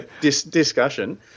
discussion